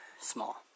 small